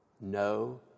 no